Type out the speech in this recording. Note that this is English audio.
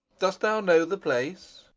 dost thou know the place?